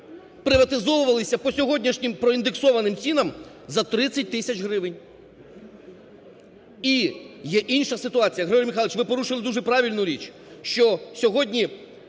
приватизовувались по сьогоднішнім проіндексованим цінам за 30 тисяч гривень! І є інша ситуація. Григорій Михайлович, ви порушили дуже правильну річ. Що сьогодні